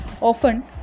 Often